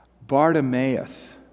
Bartimaeus